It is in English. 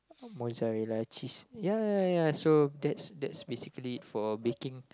mozzarella cheese ya ya ya ya so that's that's basically for baking